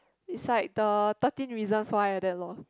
it's like the thirteen reasons why like that lor